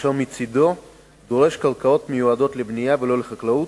אשר מצדו דורש קרקעות המיועדות לבנייה ולא לחקלאות,